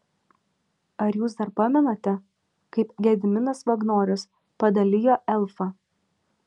ar jūs dar pamenate kaip gediminas vagnorius padalijo elfą